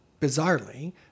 bizarrely